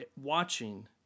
watching